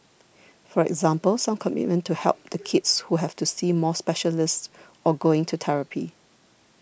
for example some commitment to help the kids who have to see more specialists or going to therapy